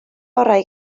orau